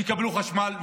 שיקבלו חשמל,